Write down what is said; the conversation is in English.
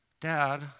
Dad